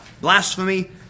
blasphemy